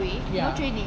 ya